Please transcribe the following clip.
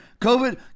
COVID